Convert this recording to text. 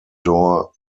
door